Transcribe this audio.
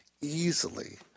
easily